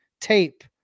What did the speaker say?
tape